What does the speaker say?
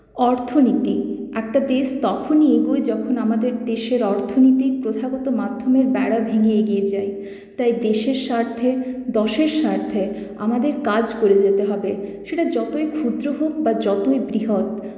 অর্থনীতি একটা দেশ তখনই এগোয় যখন আমাদের দেশের অর্থনীতি প্রথাগত মাধ্যমের বেড়া ভেঙে এগিয়ে যায় তাই দেশের স্বার্থে দশের স্বার্থে আমাদের কাজ করে যেতে হবে সেটা যতই ক্ষুদ্র হোক বা যতই বৃহৎ